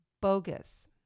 bogus